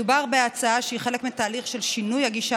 מדובר בהצעה שהיא חלק מתהליך של שינוי הגישה